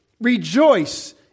Rejoice